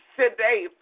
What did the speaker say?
today